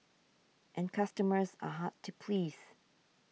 and customers are hard to please